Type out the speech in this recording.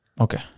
Okay